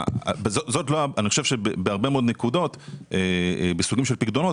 אני חושב שבהרבה מאוד נקודות בסוגים של פיקדונות,